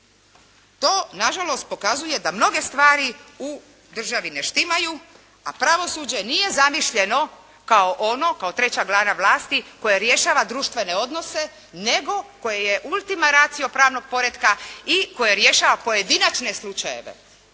To nažalost pokazuje da mnoge stvari u državi ne štimaju, a pravosuđe nije zamišljeno kao ono, kao treća grana vlasti koja rješava društvene odnose, nego koje je ultima ratio pravnog poretka i koje rješava pojedinačne slučajeve.